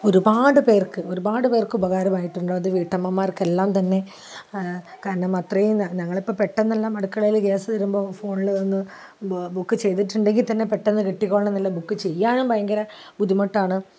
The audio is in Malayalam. ഒരുപാട് പേർക്ക് ഒരുപാട് പേർക്ക് ഉപകാരമായിട്ടുണ്ടത് വീട്ടമ്മമാർക്കെല്ലാം തന്നെ കാരണം അത്രയും ഞങ്ങളിപ്പോൾ പെട്ടെന്നെല്ലാം അടുക്കളയിൽ ഗ്യാസ് തീരുമ്പോൾ ഫോണിലൊന്ന് ബുക്ക് ചെയ്തിട്ടുണ്ടെങ്കിൽ തന്നെ പെട്ടെന്ന് കിട്ടിക്കൊള്ളണം എന്നില്ല ബുക്ക് ചെയ്യാനും ഭയങ്കര ബുദ്ധിമുട്ടാണ്